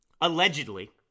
allegedly